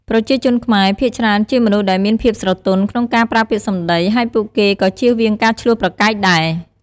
ប្រជាជនខ្មែរភាគច្រើនជាមនុស្សដែលមានភាពស្រទន់ក្នុងការប្រើពាក្យសម្ដី ហើយពួកគេក៏ជៀសវាងការឈ្លោះប្រកែកដែរ។